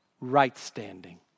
right-standing